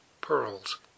Pearls